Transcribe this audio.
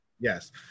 Yes